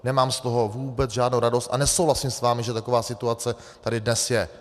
Nemám z toho vůbec žádnou radost a nesouhlasím s vámi, že taková situace tady dnes je.